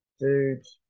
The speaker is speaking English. dude